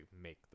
make